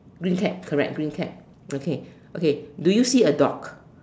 green cap correct green cap okay okay do you see a dog